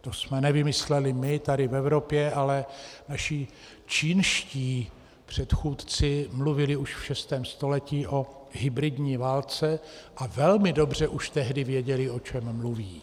To jsme nevymysleli my tady v Evropě, ale naši čínští předchůdci mluvili už v šestém století o hybridní válce a velmi dobře už tehdy věděli, o čem mluví.